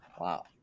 Wow